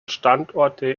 standorte